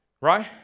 Right